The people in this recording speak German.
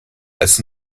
als